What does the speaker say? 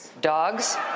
dogs